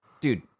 dude